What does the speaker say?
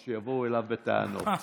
אז שיבואו אליו בטענות.